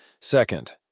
Second